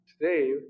Today